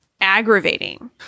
aggravating